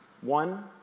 One